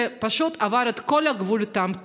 זה פשוט עבר את כל גבול הטעם הטוב.